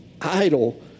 idle